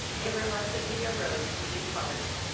they reluctantly arose to depart.